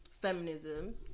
feminism